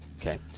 Okay